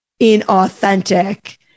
inauthentic